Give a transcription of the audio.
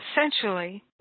essentially